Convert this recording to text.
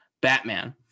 Batman